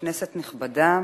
כנסת נכבדה,